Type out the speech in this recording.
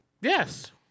Yes